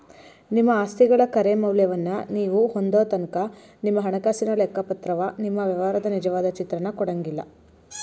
ನಿಮ್ಮ ಆಸ್ತಿಗಳ ಖರೆ ಮೌಲ್ಯವನ್ನ ನೇವು ಹೊಂದೊತನಕಾ ನಿಮ್ಮ ಹಣಕಾಸಿನ ಲೆಕ್ಕಪತ್ರವ ನಿಮ್ಮ ವ್ಯವಹಾರದ ನಿಜವಾದ ಚಿತ್ರಾನ ಕೊಡಂಗಿಲ್ಲಾ